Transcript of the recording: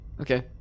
Okay